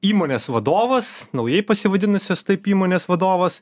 įmonės vadovas naujai pasivadinusios taip įmonės vadovas